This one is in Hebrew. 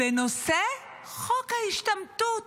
בנושא חוק ההשתמטות